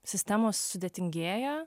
sistemos sudėtingėja